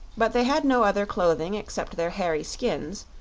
but they had no other clothing except their hairy skins,